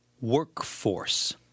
Workforce